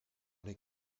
les